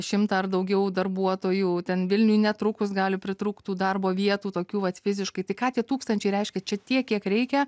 šimtą ar daugiau darbuotojų ten vilniuj netrukus gali pritrūkt tų darbo vietų tokių vat fiziškai tai ką tie tūkstančiai reiškia čia tiek kiek reikia